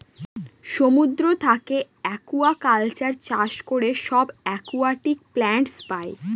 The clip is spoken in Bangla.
সমুদ্র থাকে একুয়াকালচার চাষ করে সব একুয়াটিক প্লান্টস পাই